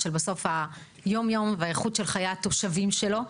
של היום-יום והאיכות של חיי התושבים שלו.